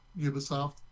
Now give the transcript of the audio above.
Ubisoft